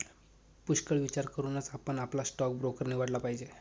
पुष्कळ विचार करूनच आपण आपला स्टॉक ब्रोकर निवडला पाहिजे